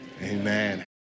Amen